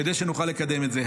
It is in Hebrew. כדי שנוכל לקדם את זה.